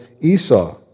Esau